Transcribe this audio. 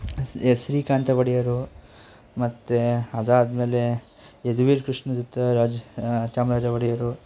ಶ್ರೀ ಶ್ರೀಕಂಠ ಒಡೆಯರು ಮತ್ತು ಅದಾದಮೇಲೆ ಯದುವೀರ ಕೃಷ್ಣದತ್ತ ರಾಜ ಚಾಮರಾಜ ಒಡೆಯರು